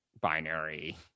binary